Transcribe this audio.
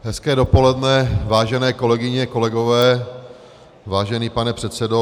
Hezké dopoledne, vážené kolegyně, kolegové, vážený pane předsedo.